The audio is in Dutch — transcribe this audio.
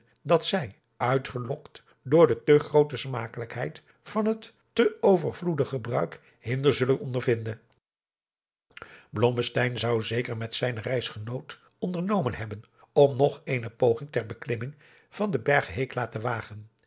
dat zij uitgelokt door de te groote smakelijkheid van het te overvloedig gebruik hinder zullen ondervinden blommesteyn zou zeker met zijnen reisgenoot ondernomen hebben om nog eene poging ter beklimming van den berg hekla te wagen